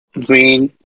green